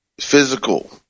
physical